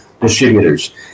distributors